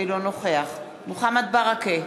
אינו נוכח מוחמד ברכה,